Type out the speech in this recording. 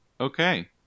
okay